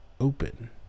open